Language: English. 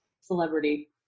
celebrity